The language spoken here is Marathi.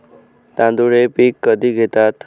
तांदूळ हे पीक कधी घेतात?